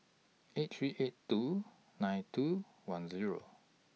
eight three eight two nine two one Zero